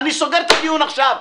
אני סוגר את הדיון עכשיו.